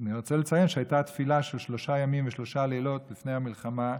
ואני רוצה לציין שהייתה תפילה של שלושה ימים ושלושה לילות לפני המלחמה.